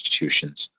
institutions